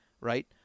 Right